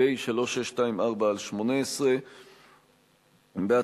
פ/3624/18, ב.